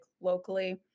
locally